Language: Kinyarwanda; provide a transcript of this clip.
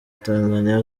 tanzania